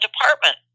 department